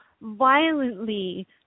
violently